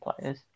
players